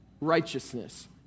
righteousness